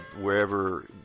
wherever